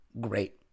great